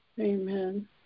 Amen